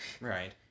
Right